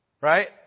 Right